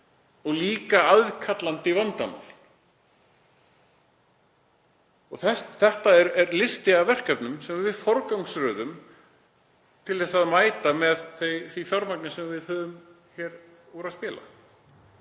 og líka aðkallandi vandamál. Þetta er listi af verkefnum sem við forgangsröðum og mætum með því fjármagni sem við höfum úr að spila